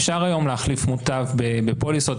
אפשר היום להחליף מוטב בפוליסות,